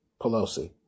Pelosi